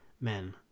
men